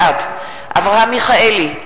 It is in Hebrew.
בעד אברהם מיכאלי,